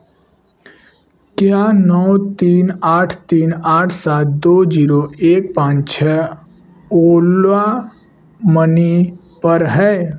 क्या नौ तीन आठ तीन आठ सात दो जीरो एक पाँच छः ओला मनी पर है